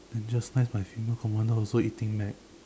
then just nice my senior commander also eating Mac